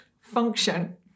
function